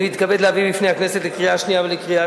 אני מתכבד להביא בפני הכנסת לקריאה שנייה ולקריאה